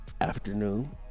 afternoon